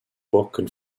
through